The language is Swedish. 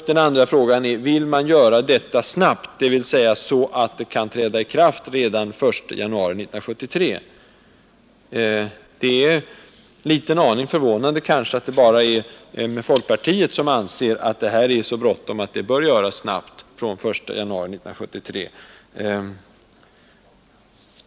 Den andra frågan är: Vill man göra detta snabbt, dvs. så att det kan träda i kraft redan den 1 januari 1973? Det är kanske en liten aning förvånande att det bara är folkpartiet som anser att det är så bråttom att ändringen bör göras från den 1 januari 1973.